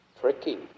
tricky